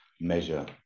measure